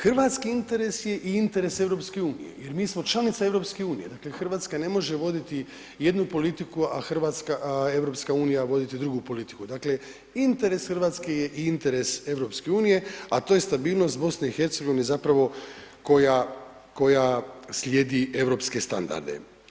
Hrvatski interes je i interes EU jer mi smo članica EU, dakle Hrvatska ne može voditi jednu politiku, a Hrvatska, a EU voditi drugu politiku, dakle interes Hrvatske je i interes EU, a to je stabilnost BiH zapravo koja, koja slijedi europske standarde.